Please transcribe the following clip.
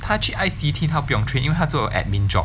他去 I_C_T 他不用 train 因为他做 admin job